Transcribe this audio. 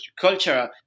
culture